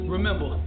Remember